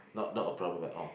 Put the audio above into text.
not not a problem at all